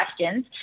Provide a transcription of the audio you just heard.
questions